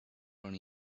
run